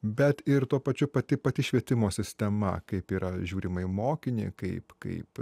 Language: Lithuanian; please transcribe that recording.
bet ir tuo pačiu pati pati švietimo sistema kaip yra žiūrima į mokinį kaip kaip